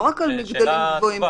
לא רק מגדלים גבוהים,